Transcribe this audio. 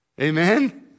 Amen